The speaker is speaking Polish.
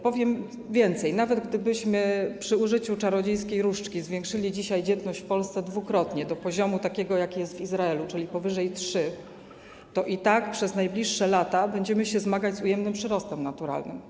Powiem więcej: nawet gdybyśmy przy użyciu czarodziejskiej różdżki zwiększyli dzisiaj dzietność w Polsce dwukrotnie, do takiego poziomu, jaki jest w Izraelu, czyli powyżej trzech, to i tak przez najbliższe lata zmagalibyśmy się z ujemnym przyrostem naturalnym.